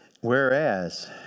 Whereas